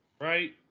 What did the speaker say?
Right